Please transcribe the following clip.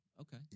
Okay